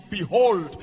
behold